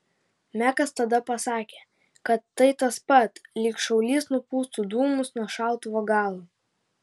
mekas tada pasakė kad tai tas pat lyg šaulys nupūstų dūmus nuo šautuvo galo